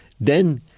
Then-